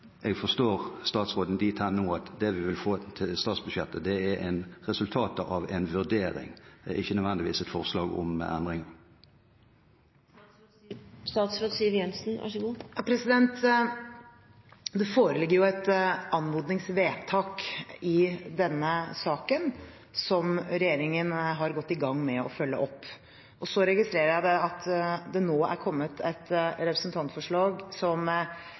Jeg forstår statsråden dit hen nå at det vi vil få i statsbudsjettet, er resultatet av en vurdering og ikke nødvendigvis et forslag om endring. Det foreligger jo et anmodningsvedtak i denne saken, som regjeringen har gått i gang med å følge opp. Så registrerer jeg at det nå er kommet et representantforslag som